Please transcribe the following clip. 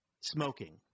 smoking